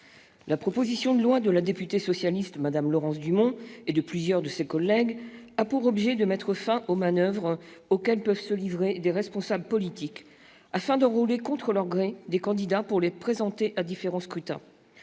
La proposition de loi de la députée socialiste Laurence Dumont et de plusieurs de ses collègues a pour objet de mettre fin aux manoeuvres auxquelles peuvent se livrer des responsables politiques afin d'enrôler contre leur gré des candidats pour les présenter à différents scrutins.